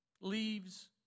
leaves